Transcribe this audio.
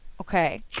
Okay